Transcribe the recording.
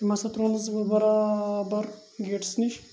تِم ہَسا ترٛوونَس بہٕ بَرابَر گیٹَس نِش